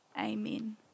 Amen